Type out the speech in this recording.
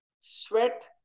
sweat